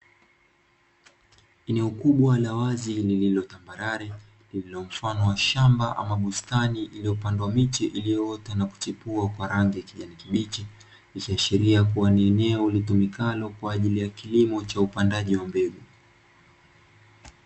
Eneo kubwa la wazi lililo tambarare, lililo mfano wa shamba ama bustani, iliyopandwa miti iliyoota na kuchipua kwa rangi ya kijani kibichi, ikiashiria kuwa ni eneo litumikalo kwa ajili ya kilimo cha upandaji wa mbegu.